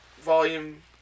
volume